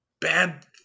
bad